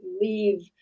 leave